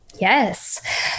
Yes